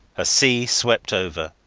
a sea swept over.